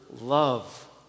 love